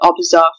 observe